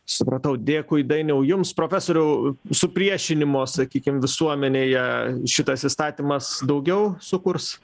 supratau dėkui dainiau jums profesoriau supriešinimo sakykim visuomenėje šitas įstatymas daugiau sukurs